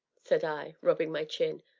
said i, rubbing my chin.